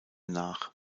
nach